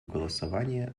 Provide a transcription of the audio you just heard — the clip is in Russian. голосования